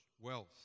wealth